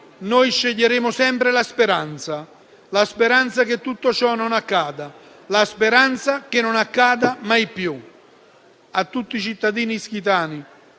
noi sceglieremo sempre la speranza, la speranza che tutto ciò non accada, la speranza che non accada mai più. A tutti i cittadini ischitani